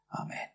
Amen